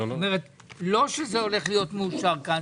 זה לא הולך להיות מאושר כאן,